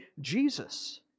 Jesus